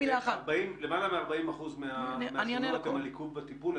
למעלה מ-40% מהפניות הן על עיכוב בטיפול.